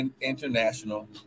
International